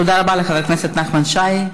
תודה רבה לחבר הכנסת נחמן שי.